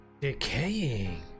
decaying